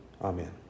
Amen